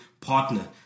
partner